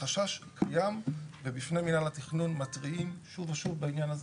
החשש קיים ובפני מינהל התכנון מתריעים שוב ושוב בעניין הזה.